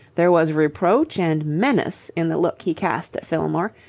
there was reproach and menace in the look he cast at fillmore,